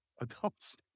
adults